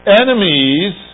enemies